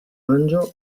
mangiò